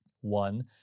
one